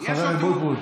חבר הכנסת אבוטבול,